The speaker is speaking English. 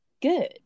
good